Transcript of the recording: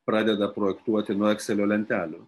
pradeda projektuoti nuo ekselio lentelių